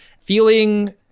Feeling